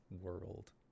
world